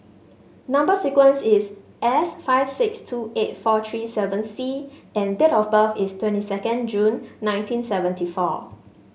number sequence is S five six two eight four three seven C and date of birth is twenty second June nineteen seventy four